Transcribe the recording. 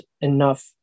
enough